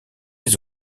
les